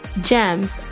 Gems